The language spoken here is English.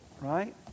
right